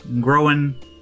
growing